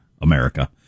america